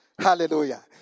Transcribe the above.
Hallelujah